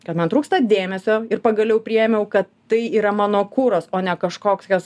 kad man trūksta dėmesio ir pagaliau priėmiau kad tai yra mano kuras o ne kažkokios